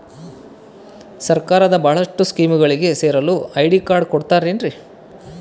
ಸರ್ಕಾರದ ಬಹಳಷ್ಟು ಸ್ಕೇಮುಗಳಿಗೆ ಸೇರಲು ಐ.ಡಿ ಕಾರ್ಡ್ ಕೊಡುತ್ತಾರೇನ್ರಿ?